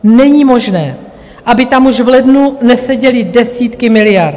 Není možné, aby tam už v lednu neseděly desítky miliard.